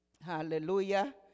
Hallelujah